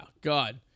God